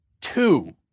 Two